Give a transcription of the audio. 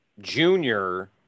junior